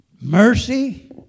Mercy